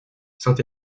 saint